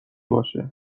باشه